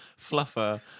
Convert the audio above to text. fluffer